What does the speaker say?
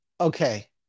okay